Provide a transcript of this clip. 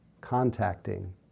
contacting